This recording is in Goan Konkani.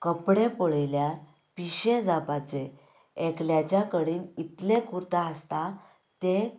कपडे पळयल्यार पिशे जावपाचे एकल्याच्या कडेन कितलें कुर्ता आसता तें